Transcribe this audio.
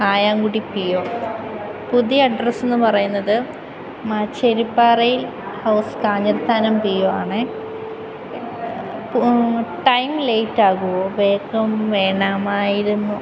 Kayamkudi P O പുതിയ address എന്ന് പറയുന്നത് മാച്ചേരി പാറയിൽ ഹൗസ് കാഞ്ഞിരത്താനം പി ഒ ആണേ ടൈം ലേറ്റ് ആകുവോ വേഗം വേണമായിരുന്നു